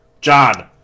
John